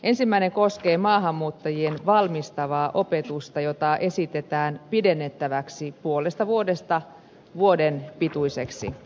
ensimmäinen koskee maahanmuuttajien valmistavaa opetusta jota esitetään pidennettäväksi puolesta vuodesta vuoden pituiseksi